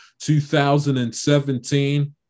2017